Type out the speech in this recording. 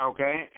Okay